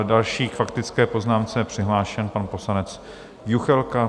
K další faktické poznámce je přihlášen pan poslanec Juchelka.